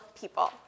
people